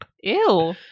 Ew